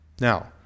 Now